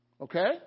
Okay